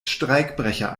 streikbrecher